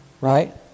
Right